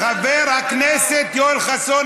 חבר הכנסת יואל חסון,